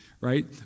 right